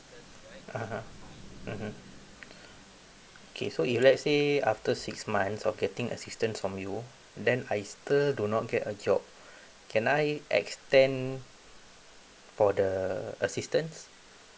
(uh huh) mmhmm okay so if let's say after six months of getting assistance from you then I still do not get a job can I extend for the assistance